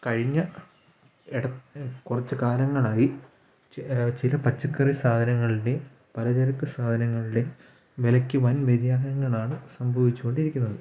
കഴിഞ്ഞ ഇട കുറച്ച് കാലങ്ങളായി ചി ചില പച്ചക്കറി സാധനങ്ങളുടെയും പല ചരക്ക് സാധനങ്ങളുടെയും വിലക്ക് വൻ വ്യതിയാനങ്ങളാണ് സംഭവിച്ചു കൊണ്ടിരിക്കുന്നത്